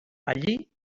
allí